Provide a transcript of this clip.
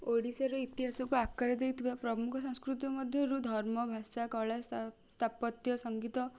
ଓଡ଼ିଶାର ଇତିହାସକୁ ଆକାର ଦେଇଥିବା ପ୍ରମୁଖ ସଂସ୍କୃତି ମଧ୍ୟରୁ ଧର୍ମ ଭାଷା କଳା ସ୍ଥାପତ୍ୟ ସଙ୍ଗୀତ